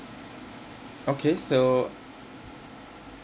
okay so